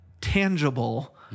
tangible